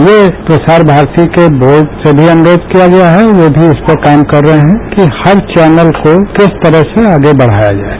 यह प्रसार भारती बोर्ड से अनुरोध किया गया है कि वह भी इस पर काम कर रहे हैं कि हर चैनल को किस तरह से आगे बढ़ाया जाये